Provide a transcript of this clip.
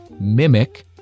mimic